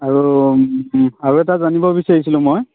আৰু আৰু এটা জানিব বিচাৰিছিলোঁ মই